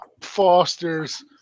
foster's